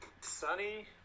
Sunny